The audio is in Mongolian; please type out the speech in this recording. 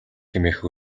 хэмээх